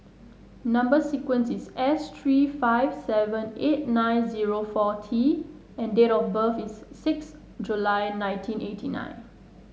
number sequence is S three five seven eight nine zero four T and date of birth is six July nineteen eighty nine